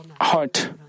heart